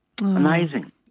Amazing